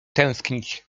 tęsknić